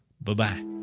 Bye-bye